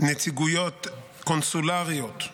נציגויות קונסולריות,